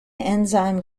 enzyme